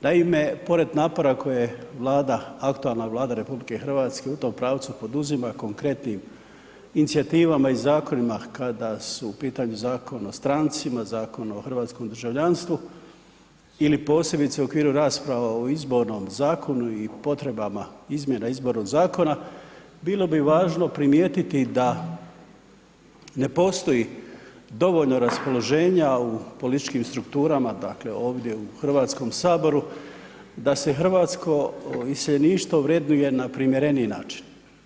Naime, pored napora koje Vlada, aktualna Vlada RH u tom pravcu poduzima konkretnim inicijativama i zakonima kada su u pitanju Zakon o strancima, Zakon o hrvatskom državljanstvu ili posebice u okviru rasprava o izbornom zakonu i potrebama izmjena izbornog zakona, bilo bi važno primijetiti da ne postoji dovoljno raspoloženja u političkim strukturama, dakle ovdje u Hrvatskom saboru da se hrvatsko iseljeništvo vrednuje na primjereniji način.